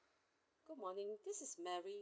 good morning this is mary